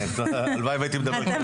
אתם